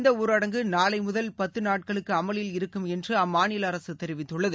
இந்த ஊரடங்கு நாளை முதல் பத்து நாட்களுக்கு அமலில் இருக்கும் என்று அம்மாநில அரசு தெரிவித்துள்ளது